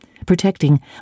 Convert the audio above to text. protecting